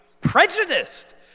prejudiced